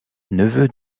neveu